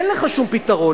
אין לך שום פתרון.